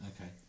Okay